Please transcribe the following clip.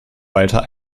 walter